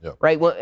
Right